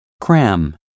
cram